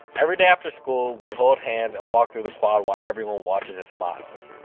every day after school, we hold hands and walk through the quad while everyone watches and smiles.